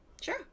Sure